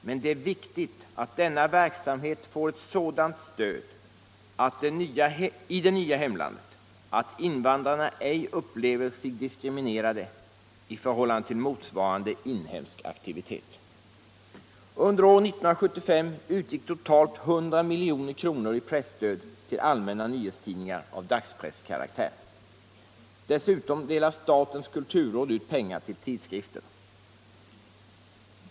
Men det är viktigt att denna verksamhet får ett sådant stöd av det nya hemlandet att invandrarna ej upplever det som om den diskrimineras i förhållande till motsvarande inhemsk aktivitet. hetstidningar av dagspresskaraktär. Dessutom delar statens kulturråd ut pengar till tidskrifter.